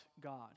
God